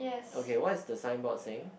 okay what is the signboard saying